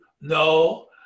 No